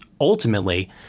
ultimately